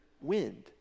wind